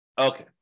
Okay